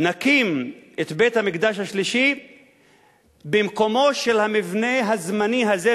"נקים את בית-המקדש השלישי במקומו של המבנה הזמני הזה",